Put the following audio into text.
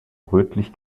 rötlich